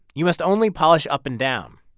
you must only polish up and down.